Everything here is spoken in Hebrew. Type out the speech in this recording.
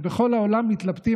ובכל העולם מתלבטים,